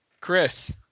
Chris